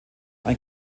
ein